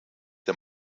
der